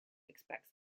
expects